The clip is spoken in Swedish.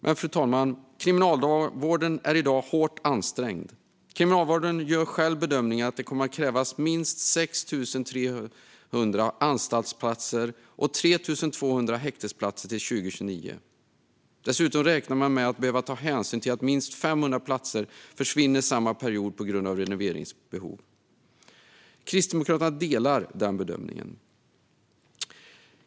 Men, fru talman, kriminalvården är i dag hårt ansträngd och gör själv bedömningen att det kommer att krävas minst 6 300 anstaltsplatser och 3 200 häktesplatser till år 2029. Dessutom räknar man med att behöva ta hänsyn till att minst 500 platser försvinner under samma period på grund av renoveringsbehov. Kristdemokraterna delar den bedömningen.